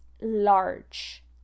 large